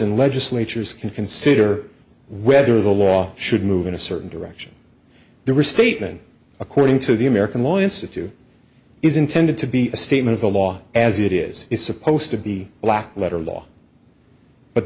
and legislatures can consider whether the law should move in a certain direction the restatement according to the american lawyer to two is intended to be a statement the law as it is is supposed to be black letter law but